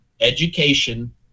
education